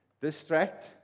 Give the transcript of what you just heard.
distract